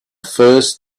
first